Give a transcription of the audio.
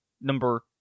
Number